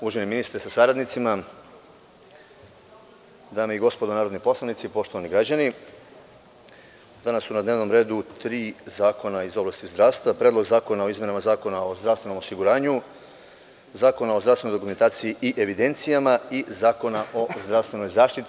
Uvaženi ministre sa saradnicima, dame i gospodo narodni poslanici i poštovani građani, danas su na dnevnom redu tri zakona iz oblasti zdravstva -Predlog zakona o izmenama Zakona o zdravstvenom osiguranju, Zakona o zdravstvenoj dokumentaciji i evidencijama i Zakona o zdravstvenoj zaštiti.